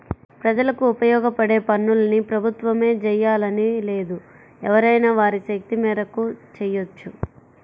ప్రజలకు ఉపయోగపడే పనుల్ని ప్రభుత్వమే జెయ్యాలని లేదు ఎవరైనా వారి శక్తి మేరకు చెయ్యొచ్చు